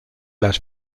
las